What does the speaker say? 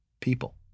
people